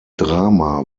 drama